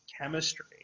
chemistry